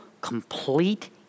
complete